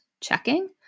checking